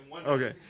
Okay